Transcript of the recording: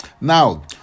Now